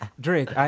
Drake